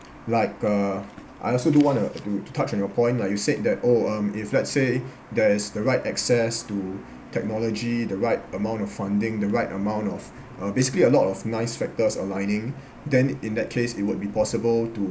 like uh I also do want to to touch on your point like you said that oh um if let's say there is the right access to technology the right amount of funding the right amount of uh basically a lot of nice factors aligning then in that case it would be possible to